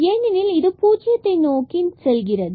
ஏனெனில் இது பூஜ்ஜியத்தை நோக்கி செல்கிறது